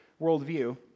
worldview